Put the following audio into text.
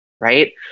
right